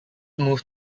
moved